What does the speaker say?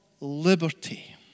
liberty